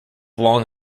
long